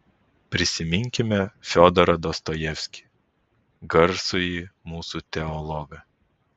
prisiminkime fiodorą dostojevskį garsųjį mūsų teologą